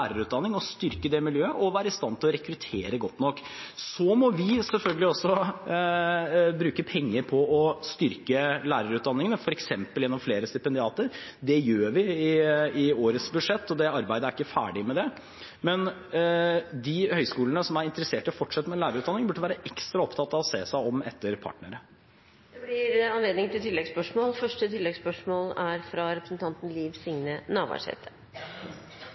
styrke miljøet og være i stand til å rekruttere godt nok. Så må vi selvfølgelig også bruke penger på å styrke lærerutdanningene, f.eks. gjennom flere stipendiater. Det gjør vi i årets budsjett, og det arbeidet er vi ikke ferdig med. De høyskolene som er interessert i å fortsette med lærerutdanning, burde være ekstra opptatt av å se seg om etter partnere. Det blir